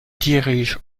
dirige